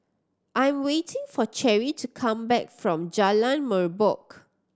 I'm waiting for Cherie to come back from Jalan Merbok